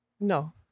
No